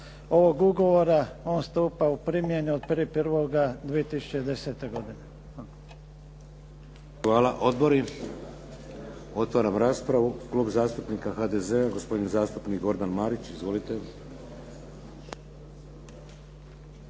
ovog ugovora on stupa u primjenu od 1.1.2010. godine.